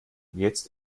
jetzt